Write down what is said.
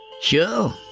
Sure